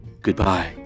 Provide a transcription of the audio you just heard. Goodbye